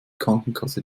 krankenkasse